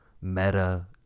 meta